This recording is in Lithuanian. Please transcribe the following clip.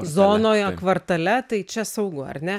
zonoje kvartale tai čia saugu ar ne